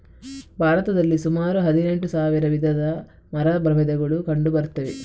ಭಾರತದಲ್ಲಿ ಸುಮಾರು ಹದಿನೆಂಟು ಸಾವಿರ ವಿಧದ ಮರ ಪ್ರಭೇದಗಳು ಕಂಡು ಬರ್ತವೆ